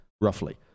roughly